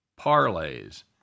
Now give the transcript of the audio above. Parlays